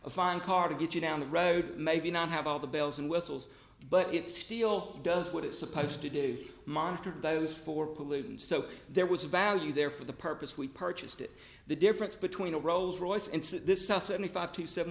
a fine car to get you down the road maybe not have all the bells and whistles but it still does what it's supposed to do monitor those for pollutants so there was a value there for the purpose we purchased it the difference between a rolls royce and says this is a seventy five to seven